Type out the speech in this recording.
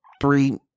three